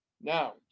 Now